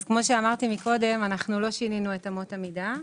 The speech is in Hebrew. כפי שאמרתי, לא שינינו את אמות המידה.